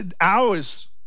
hours